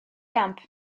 gamp